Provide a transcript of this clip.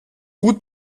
gut